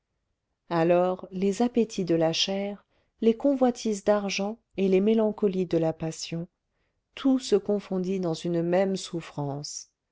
alors les appétits de la chair les convoitises d'argent et les mélancolies de la passion tout se confondit dans une même souffrance